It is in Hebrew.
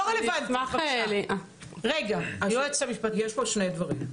יש כאן שני דברים.